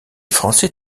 français